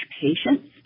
patients